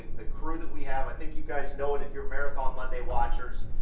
the crew that we have, i think you guys know it, if you're marathon monday watchers,